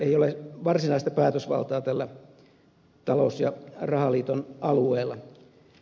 ei ole varsinaista päätösvaltaa tällä talous ja rahaliiton alueella